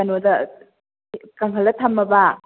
ꯀꯩꯅꯣꯗ ꯀꯪꯍꯥꯜꯂ ꯊꯝꯃꯕ